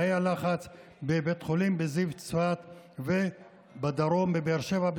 תאי הלחץ בבית החולים זיו בצפת ובדרום בבאר שבע,